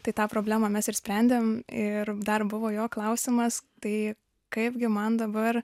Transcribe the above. tai tą problemą mes ir sprendėm ir dar buvo jo klausimas tai kaipgi man dabar